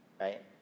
right